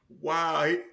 Wow